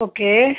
okay